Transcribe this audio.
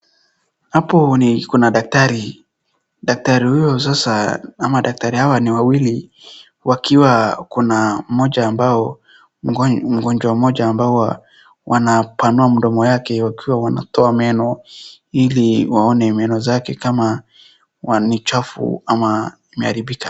Hapo ni kuna daktari. Daktari huyo sasa, ama daktari hawa ni wawili, wakiwa kuna mmoja ambao, mgonjwa mmoja ambao wanapanua mdomo yake wakiwa wanatoa meno ili waone meno zake kama ni chafu ama imeharibika.